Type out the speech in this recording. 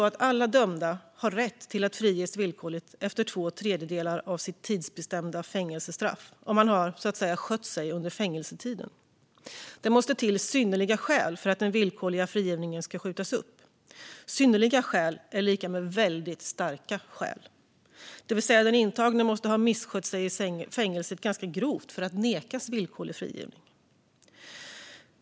I dag har alla dömda rätt att friges villkorligt efter två tredjedelar av sitt tidsbestämda fängelsestraff om de har, så att säga, skött sig under fängelsetiden. Det måste till synnerliga skäl för att den villkorliga frigivningen ska skjutas upp. Synnerliga skäl är lika med väldigt starka skäl, det vill säga den intagne måste ha misskött sig i fängelset ganska grovt för att nekas villkorlig frigivning.